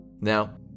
Now